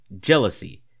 Jealousy